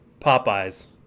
Popeye's